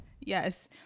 Yes